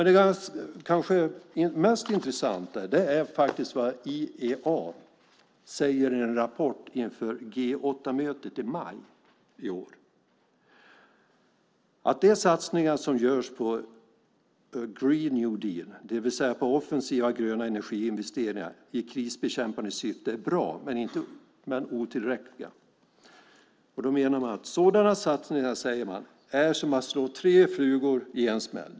Det kanske mest intressanta är att IEA i en rapport inför G 8-mötet i maj i år säger att de satsningar som görs på Green New Deal, det vill säga offensiva gröna energiinvesteringar i krisbekämpande syfte, är bra men otillräckliga. Man menar att sådana satsningar är som att slå tre flugor i en smäll.